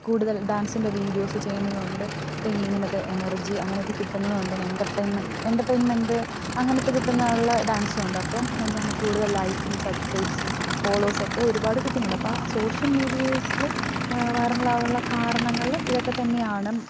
കൂടുതൽ ഡാൻസിൻ്റെ വീഡിയോസ് ചെയ്യുന്നത് കൊണ്ട് ഇപ്പം ഈ ഇങ്ങനത്തെ എനർജി അങ്ങനൊക്കെ കിട്ടുന്നതുകൊണ്ടെന്നെ എൻറെർടെയിൻമെൻ്റ് എൻറെർടെയിൻമെൻ്റ് അങ്ങനത്തെ കിട്ടുന്ന ഉള്ള ഡാൻസുണ്ട് അപ്പം എന്താണ് കൂടുതൽ ലൈക്കും സബ്സ്ക്രൈബ്സും ഫോളോസ്സൊക്കെ ഒരുപാട് കിട്ടുന്നുണ്ട് അപ്പം ആ സോഷ്യൽ മീഡിയേസില് വൈറലാകാനുള്ള കാരണങ്ങള് ഇതൊക്കെതന്നെയാണ്